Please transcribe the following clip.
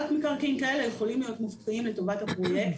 רק מקרקעין כאלה יכולים להיות מופקעים לטובת הפרויקט.